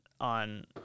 on